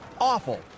awful